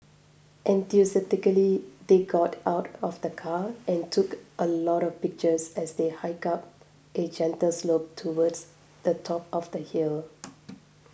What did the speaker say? enthusiastically they got out of the car and took a lot of pictures as they hiked up a gentle slope towards the top of the hill